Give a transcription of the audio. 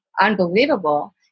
unbelievable